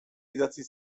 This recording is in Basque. idatzi